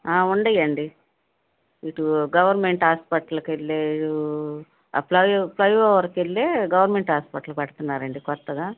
ఉన్నాయండి ఇటు గవర్నమెంట్ హాస్పిటల్కి వెళ్ళే ఫ్లైఓవర్కళ్ళీ గవర్నమెంట్ హాస్పిటల్ కడుతున్నారండి కొత్తగా